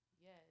Yes